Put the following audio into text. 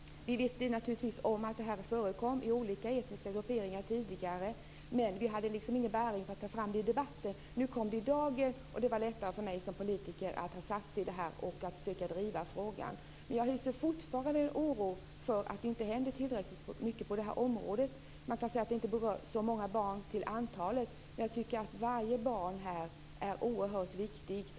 Vi visste naturligtvis tidigare att det förekom i olika etniska grupperingar, men vi hade inga fakta för att kunna ta fram det i debatten. Nu kom det i dagen, och därmed blev det lättare för mig som politiker att ta upp frågan och försöka driva den. Jag hyser fortfarande oro för att det inte händer tillräckligt mycket på det här området. Man kan säga att detta inte berör så många barn till antalet, men jag tycker att varje barn är oerhört viktigt.